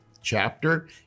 Chapter